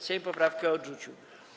Sejm poprawkę odrzucił.